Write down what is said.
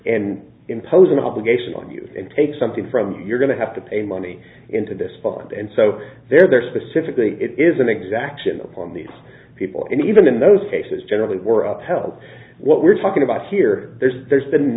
and impose an obligation on you and take something from you're going to have to pay money into this pond and so they're there specifically it isn't exaction upon these people and even in those cases generally were upheld what we're talking about here there's there's been